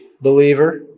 believer